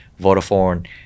vodafone